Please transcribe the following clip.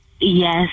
Yes